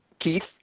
Keith